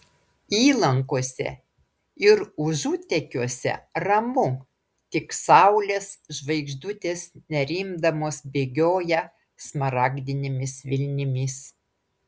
įlankose ir užutekiuose ramu tik saulės žvaigždutės nerimdamos bėgioja smaragdinėmis vilnimis